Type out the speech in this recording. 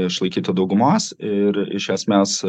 išlaikyti daugumos ir iš esmes